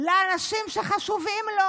לאנשים שחשובים לו.